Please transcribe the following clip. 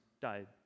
died